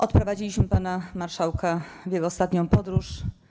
Odprowadziliśmy pana marszałka w jego ostatnią podróż.